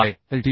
by L